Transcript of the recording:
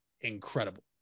incredible